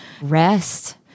rest